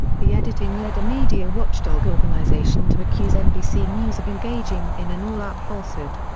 the editing led a media watchdog organization to accuse nbc news of engaging in an all-out falsehood.